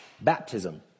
Baptism